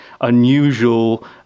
unusual